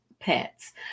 pets